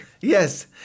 Yes